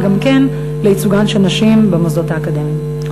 גם לייצוג נשים במוסדות האקדמיים.